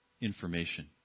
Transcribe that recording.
information